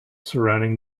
surrounding